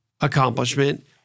accomplishment